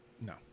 No